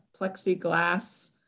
plexiglass